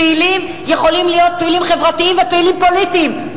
פעילים יכולים להיות פעילים חברתיים ופעילים פוליטיים.